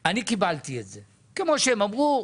קיבלתי את זה כמו שהם אמרו.